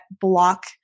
block